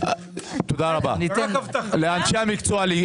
לאנשי המקצוע.